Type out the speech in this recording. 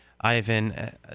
Ivan